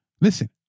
Listen